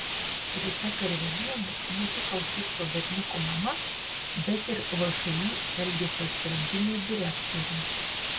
rita karvelienė ne tik autisto berniuko mama bet ir všį elgesio sprendimai direktorė